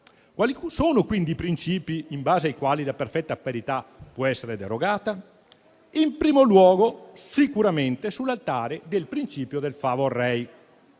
Quali sono, quindi, i principi in base ai quali la perfetta parità può essere derogata? In primo luogo, lo può essere sicuramente sull'altare del principio del *favor